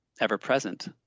ever-present